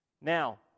Now